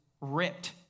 ripped